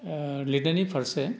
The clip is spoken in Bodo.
लिरनायनि फारसे